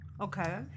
Okay